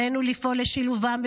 עלינו לפעול לשילובם,